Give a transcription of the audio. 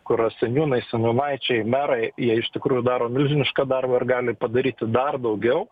kur seniūnai seniūnaičiai merai jie iš tikrųjų daro milžinišką darbą ir gali padaryti dar daugiau